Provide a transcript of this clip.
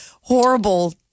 horrible